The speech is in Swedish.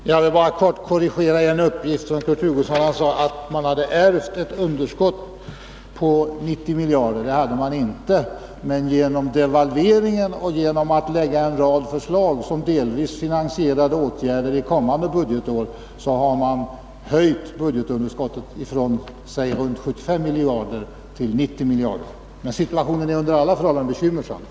Herr talman! Jag vill bara kort korrigera en uppgift från Kurt Hugosson. Han sade att man hade ärvt ett underskott på 90 miljarder kronor. Det har man inte gjort. Men genom devalveringen och genom att socialdemokraterna lade fram en rad förslag som delvis finansierade åtgärder under kommande budgetår har man ökat budgetunderskottet från säg 75 miljarder kronor till 90 miljarder kronor. Situationen är under alla förhållanden bekymmersam.